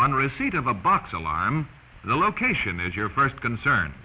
on receipt of a box align the location is your first concern